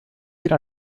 bir